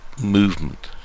movement